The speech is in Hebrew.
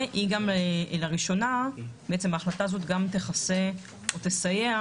ולראשונה ההחלטה הזו גם תכסה או תסייע